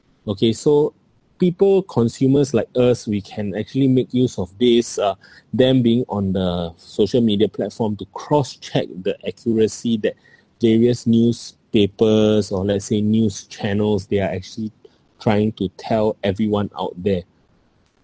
okay so people consumers like us we can actually make use of this uh them being on the social media platform to cross-check the accuracy that various newspapers or let's say news channels they are actually trying to tell everyone out there